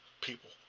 people